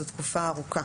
זאת תקופה ארוכה.